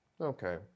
okay